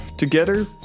Together